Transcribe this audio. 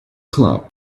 club